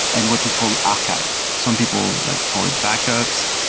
and what we call archives. some people like call it backups.